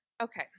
Okay